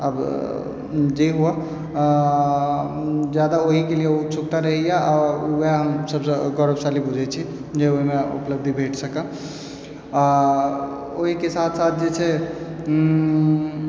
अब जे हुए जादा ओहिके लेल उत्सुकता रहैया वएह हम सभसँ गौरवशाली बुझै छी जे ओहिमे उपलब्धि भेट सकय ओहिके साथ साथ जे छै